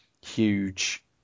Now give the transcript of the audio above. huge